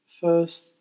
First